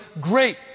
great